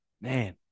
Man